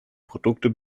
produkte